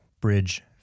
Bridge